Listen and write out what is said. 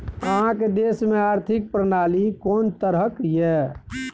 अहाँक देश मे आर्थिक प्रणाली कोन तरहक यै?